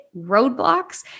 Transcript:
roadblocks